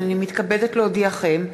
הנני מתכבדת להודיעכם,